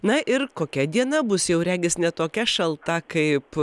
na ir kokia diena bus jau regis ne tokia šalta kaip